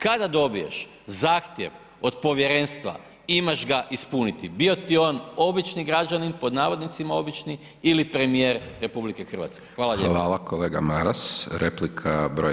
Kada dobiješ zahtjev od povjerenstva imaš ga ispuniti, bio ti on obični građanin pod navodnicima obični ili premijer RH.